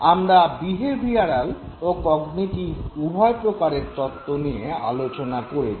আমরা বিহেভিয়ারাল ও কগনিটিভ উভয় প্রকারের তত্ত্ব নিয়ে আলোচনা করেছি